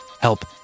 help